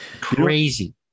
Crazy